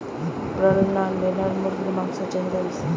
Broiler না layer মুরগির মাংসর চাহিদা বেশি?